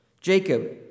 Jacob